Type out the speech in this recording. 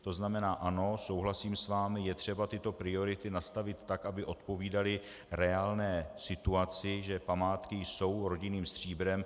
To znamená ano, souhlasím s vámi, je třeba tyto priority nastavit tak, aby odpovídaly reálné situaci, že památky jsou rodinným stříbrem.